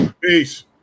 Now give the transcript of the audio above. peace